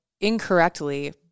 incorrectly